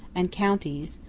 and counties,